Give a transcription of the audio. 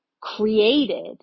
created